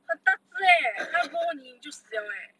很大子 leh 它 roll 你你就死 liao eh